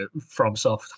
FromSoft